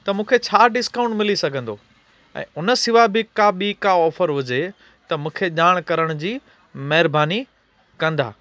त मूंखे छा डिस्काउंट मिली सघंदो ऐं उन सिवा बि ॿी का ऑफ़र हुजे त मूंखे ॼाण करण जी महिरबानी कंदा